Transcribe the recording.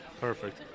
perfect